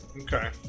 Okay